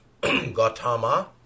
Gautama